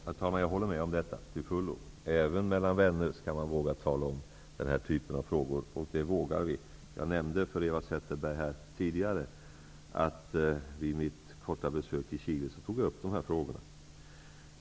Herr talman! Jag håller till fullo med om detta. Även om man är vänner skall man våga tala om den här typen av frågor, och det vågar vi. Jag nämnde tidigare för Eva Zetterberg att jag vid mitt korta besök i Chile tog upp de här frågorna.